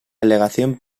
delegación